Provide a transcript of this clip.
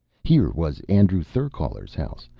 here was andrew therkaler's house.